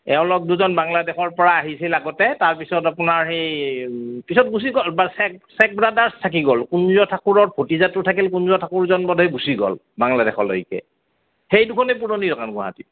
এওঁলোক দুজন বাংলাদেশৰ পৰা আহিছিল আগতে তাৰপিছত আপোনাৰ সেই পিছত গুচি গ'ল শেখ শেখ ব্ৰাদাৰ্ছ থাকি গ'ল কুঞ্জ ঠাকুৰৰ ভতিজাটো থাকি গ'ল কুঞ্জ ঠাকুৰৰজন বোধহয় গুচি গ'ল বাংলাদেশলৈকে সেই দুখনেই পুৰণি দোকান গুৱাহাটীৰ